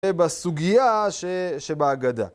ובסוגיה ש... שבהגדה.